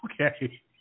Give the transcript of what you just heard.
Okay